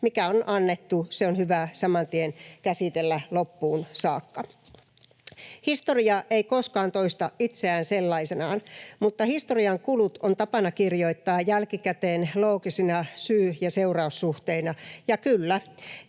Mikä on annettu, se on hyvä saman tien käsitellä loppuun saakka. Historia ei koskaan toista itseään sellaisenaan, mutta historian kulut on tapana kirjoittaa jälkikäteen loogisina syy- ja seuraussuhteina. Ja kyllä,